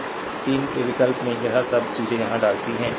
और 3 के विकल्प में यह सब चीजें यहां डालती हैं